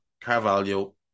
Carvalho